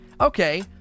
Okay